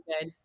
good